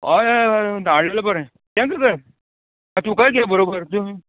हय हय हय धाडलेलो बरें केन्ना तर तुकाय घे बरोबर तूं